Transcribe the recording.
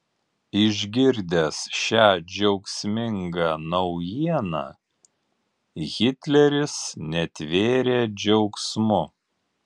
išgirdęs šią džiaugsmingą naujieną hitleris netvėrė džiaugsmu